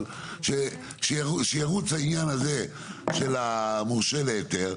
אבל שירוץ העניין הזה של המורשה להיתר,